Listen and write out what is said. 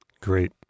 Great